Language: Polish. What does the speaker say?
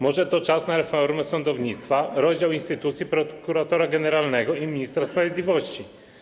Może czas na reformę sądownictwa, rozdział instytucji prokuratora generalnego i ministra sprawiedliwości?